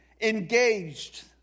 engaged